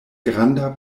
granda